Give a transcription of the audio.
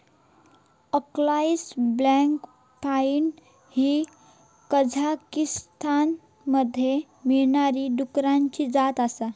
अक्साई black pied ही कझाकीस्तानमध्ये मिळणारी डुकराची जात आसा